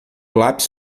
lápis